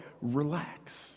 Relax